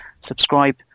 subscribe